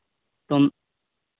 ᱛᱩᱢ